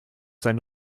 sein